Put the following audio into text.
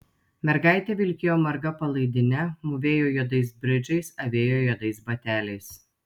mergaitė vilkėjo marga palaidine mūvėjo juodais bridžais avėjo juodais bateliais